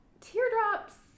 Teardrops